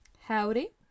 Howdy